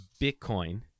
Bitcoin